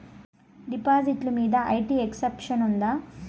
డిపాజిట్లు మీద IT exemption ఉందా?